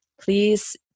Please